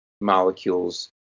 molecules